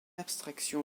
abstraction